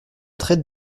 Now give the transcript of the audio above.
traite